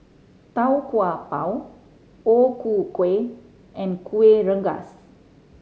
Tau Kwa Pau O Ku Kueh and Kuih Rengas